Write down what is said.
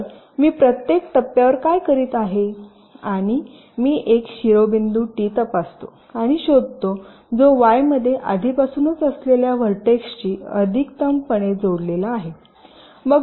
तर मी प्रत्येक टप्प्यावर काय करीत आहे आणि मी एक शिरोबिंदू टी तपासतो आणि शोधतो जो वाय मध्ये आधीपासूनच असलेल्या व्हर्टेक्सशी अधिकतमपणे जोडलेला असतो